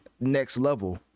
next-level